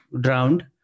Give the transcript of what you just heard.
drowned